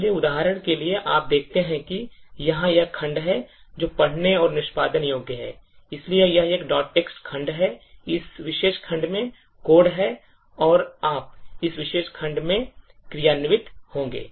इसलिए उदाहरण के लिए आप देखते हैं कि यहां यह खंड है जो पढ़ने और निष्पादन योग्य है इसलिए यह एक text खंड है इस विशेष खंड में कोड है और आप इस विशेष खंड से क्रियान्वित होंगे